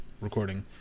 recording